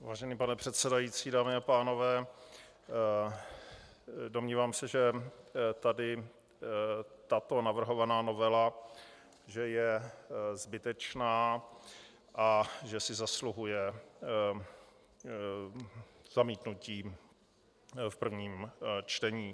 Vážený pane předsedající, dámy a pánové, domnívám se, že tady tato navrhovaná novela je zbytečná a že si zasluhuje zamítnutí v prvním čtení.